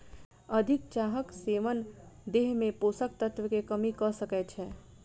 अधिक चाहक सेवन देह में पोषक तत्व के कमी कय सकै छै